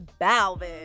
Balvin